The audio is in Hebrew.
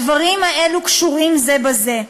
הדברים האלה קשורים זה בזה.